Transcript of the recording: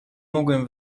mogłem